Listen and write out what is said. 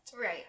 Right